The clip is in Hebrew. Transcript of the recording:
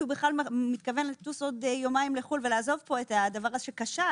מתכוון לטוס עוד יומיים לחו"ל ולעזוב את הדבר שכשל